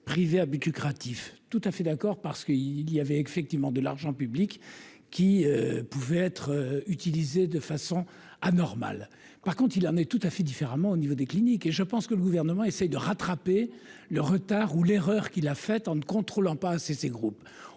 privés habitue créatif tout à fait d'accord parce qu'il y avait effectivement de l'argent public qui pouvait être utilisé de façon anormale par contre, il en est tout à fait différemment au niveau des cliniques et je pense que le gouvernement essaye de rattraper le retard ou l'erreur qu'il a fait en ne contrôlant pas assez ces groupes,